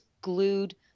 glued